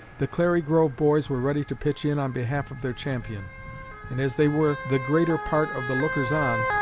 the clary grove boys were ready to pitch in on behalf of their champion and as they were the greater part of the lookers-on,